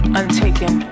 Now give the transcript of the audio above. untaken